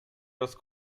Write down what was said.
das